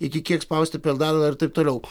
iki kiek spausti pedalą ir taip toliau